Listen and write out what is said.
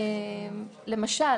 למשל,